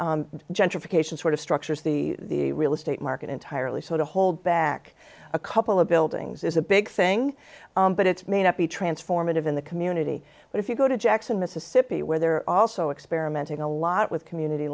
where gentrification sort of structures the real estate market entirely so to hold back a couple of buildings is a big thing but it may not be transformative in the community but if you go to jackson mississippi where they're also experimenting a lot with community